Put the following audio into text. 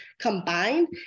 combined